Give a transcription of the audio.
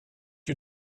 you